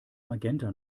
magenta